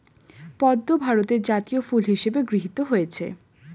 পদ্ম ভারতের জাতীয় ফুল হিসেবে গৃহীত হয়েছে